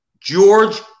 George